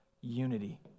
unity